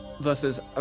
versus